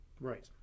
right